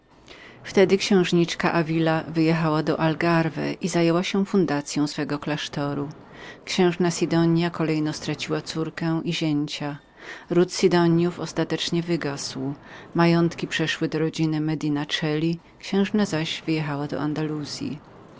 wtedy księżniczka davila wyjechała do algarbji i zajęła się fundacyą swego klasztoru księżna sidonia kolejno straciła córkę i zięcia ród sidoniów ostatecznie wygasł majątki przeszły do rodziny medina celi księżna zaś wyjechała do